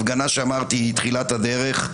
הפגנה שאמרתי שהיא תחילת הדרך,